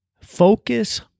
focus